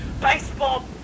baseball